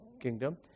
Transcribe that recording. kingdom